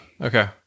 okay